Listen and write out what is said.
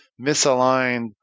misaligned